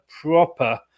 proper